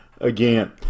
again